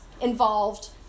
involved